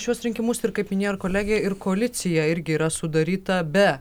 šiuos rinkimus ir kaip minėjo kolegė ir koalicija irgi yra sudaryta be